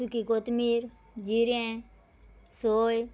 सुकी कोथमीर जिरें सोय